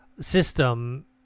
system